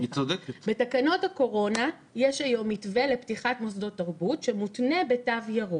בתקנות הקורונה יש היום מתווה לפתיחת מוסדות תרבות שמותנה בתו ירוק.